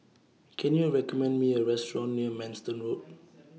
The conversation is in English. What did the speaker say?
Can YOU recommend Me A Restaurant near Manston Road